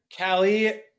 Callie